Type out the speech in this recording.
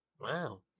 Wow